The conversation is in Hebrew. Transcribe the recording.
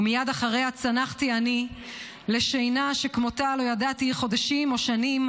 ומייד אחריה צנחתי אני לשינה שכמותה לא ידעתי חודשים או שנים,